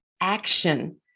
action